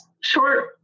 short